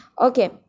Okay